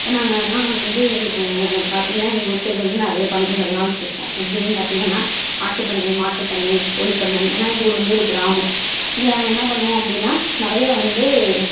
இப்போ நாங்கலாம் வந்து பார்த்திங்கனா எங்கள் ஊர் சைடு வந்து நிறையா பண்ணைகள்லாம் வச்சிருக்கோம் எப்படினு பார்த்தீங்கனா ஆட்டுப் பண்ணை மாட்டுப் பண்ணை கோழிப் பண்ணை ஏன்னால் எங்கள் ஊர் வந்து ஒரு கிராமம் இங்கே நாங்கள் என்ன பண்ணுவோம் அப்படினா நிறைய வந்து